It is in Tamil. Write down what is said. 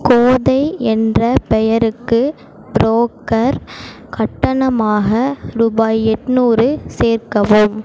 கோதை என்ற பெயருக்கு புரோக்கர் கட்டணமாக ரூபாய் எட்நூறு சேர்க்கவும்